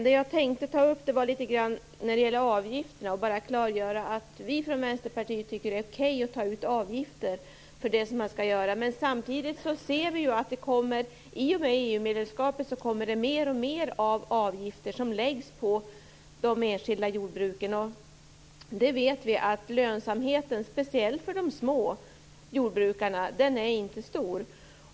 Det som jag tänkte ta upp var avgifterna. Jag vill klargöra att vi från Vänsterpartiet tycker att det är okej att ta ut avgifter för det som skall göras, men samtidigt ser vi att det i och med EU-medlemskapet kommer mer och mer avgifter som läggs på de enskilda jordbruken. Vi vet att lönsamheten, speciellt för de små jordbrukarna, inte är stor.